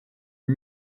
are